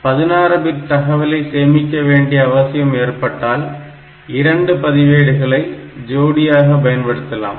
16 bit தகவலை சேமிக்க வேண்டிய அவசியம் ஏற்பட்டால் இரண்டு பதிவேடுகளை ஜோடியாக பயன்படுத்தலாம்